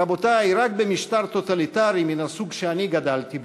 רבותי, רק במשטר טוטליטרי מן הסוג שאני גדלתי בו,